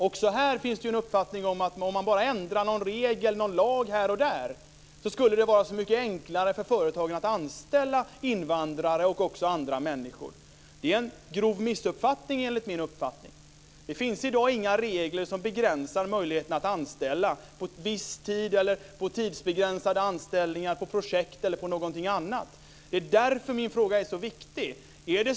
Också här finns en uppfattning om att om bara någon regel eller lag ändras skulle det vara så mycket enklare för företagen att anställa invandrare och andra. Det är enligt min uppfattning en grov missuppfattning. Det finns i dag inga regler som begränsar möjligheten att anställa på viss tid, på tidsbegränsade anställningar, på projekt eller någonting annat. Det är därför min fråga är så viktig.